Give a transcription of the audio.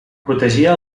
protegia